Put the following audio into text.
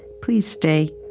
please stay.